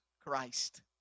Christ